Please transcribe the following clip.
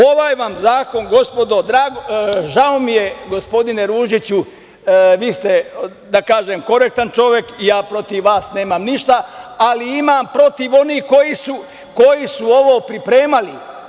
Ovaj vam zakon, gospodo, žao mi je, gospodine Ružiću, vi ste, da kažem, korektan čovek i ja protiv vas nemam ništa, ali imam protiv onih koji su ovo pripremali.